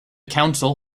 council